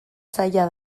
zaila